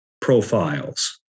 profiles